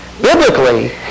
biblically